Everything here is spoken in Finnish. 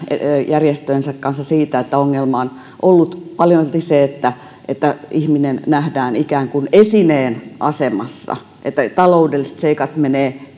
järjestöjensä kanssa siitä että ongelma on ollut paljolti se että että ihminen nähdään ikään kuin esineen asemassa niin että taloudelliset seikat menevät